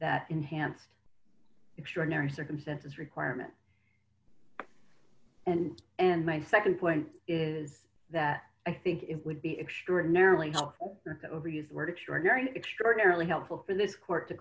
that enhanced extraordinary circumstances requirement and and my nd point is that i think it would be extraordinarily helpful to overuse the word extraordinary extraordinarily helpful for this court to